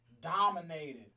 dominated